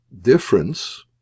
difference